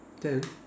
that